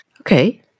Okay